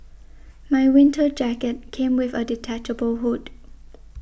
my winter jacket came with a detachable hood